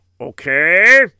okay